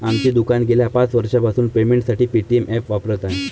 आमचे दुकान गेल्या पाच वर्षांपासून पेमेंटसाठी पेटीएम ॲप वापरत आहे